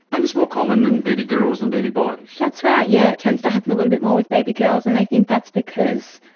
and it's more common in baby girls than baby boys? that's right, yes, it tends to happen a little bit more with baby girls and they think that's because,